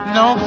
no